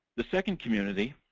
the second community,